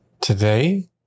Today